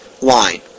line